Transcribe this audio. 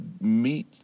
meet